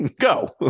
go